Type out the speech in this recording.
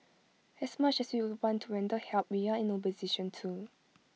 as much as we would want to render help we are in no position to